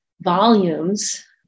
volumes